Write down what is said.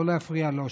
לא להפריע לו,